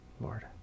Lord